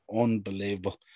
Unbelievable